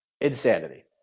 Insanity